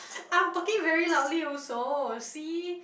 I'm talking very loudly also see